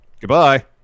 Goodbye